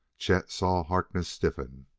chet saw harkness stiffen,